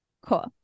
Cool